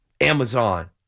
Amazon